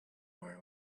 more